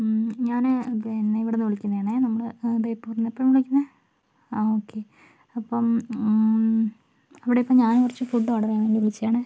ഞാൻ പിന്നെ ഇവിടെ നിന്ന് വിളിക്കുന്നയാണേ നമ്മൾ ബേപ്പൂരിൽ നിന്ന് എപ്പോഴാണ് വിളിക്കുന്നേ ആ ഓക്കേ അപ്പോൾ അവിടെയിപ്പോൾ ഞാൻ കുറച്ച് ഫുഡ് ഓർഡർ ചെയ്യാൻ വേണ്ടി വിളിച്ചതാണേ